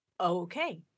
okay